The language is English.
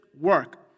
work